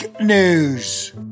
news